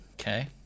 Okay